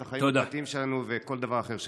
את החיים הפרטיים שלנו וכל דבר אחר שנעשה.